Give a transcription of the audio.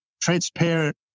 transparent